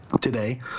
Today